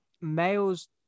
males